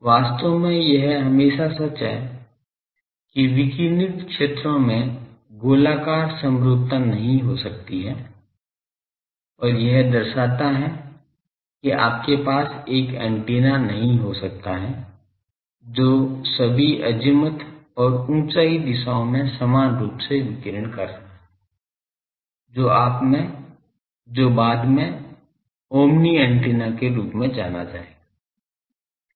वास्तव में यह हमेशा सच है कि विकिरणित क्षेत्रों में गोलाकार समरूपता नहीं हो सकती है और यह दर्शाता है कि आपके पास एक एंटीना नहीं हो सकता है जो सभी अजीमथ और ऊंचाई दिशाओं में समान रूप से विकिरण कर रहा है जो बाद में ओमनी एंटीना के रूप जाना जायेगा